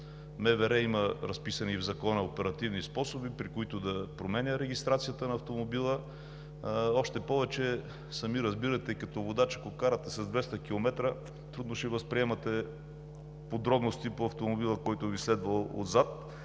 има разписани в Закона оперативни способи, при които да променя регистрацията на автомобила, още повече сами разбирате като водач, ако карате с 200 км, трудно ще възприемате подробности по автомобила, който Ви следва отзад.